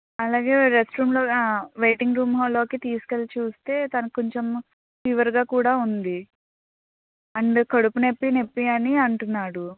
అలాగే రెస్ట్ రూంలో waiting room హాల్లోకి తీసుకు వెళ్ళి చూస్తే తనకి కొంచెం ఫీవర్గా కూడా ఉంది అందుకు కడుపు నొప్పి నొప్పి అని అంటున్నాడు